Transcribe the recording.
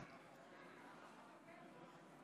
אדוני היושב-ראש,